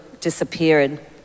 disappeared